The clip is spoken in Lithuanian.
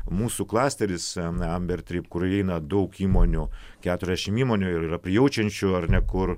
mūsų klasteris amber trip kur įeina daug įmonių keturiasdešim įmonių ir prijaučiančių ar ne kur